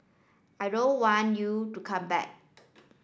I don't want you to come back